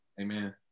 Amen